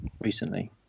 recently